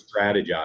strategize